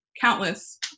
countless